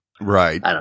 right